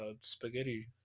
spaghetti